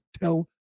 Tell